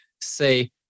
say